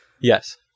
yes